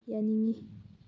ꯌꯥꯅꯤꯡꯉꯤ